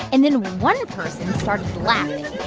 and then one person started laughing.